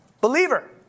Believer